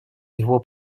его